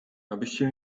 abyście